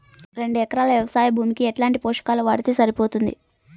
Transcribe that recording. రెండు ఎకరాలు వ్వవసాయ భూమికి ఎట్లాంటి పోషకాలు వాడితే సరిపోతుంది?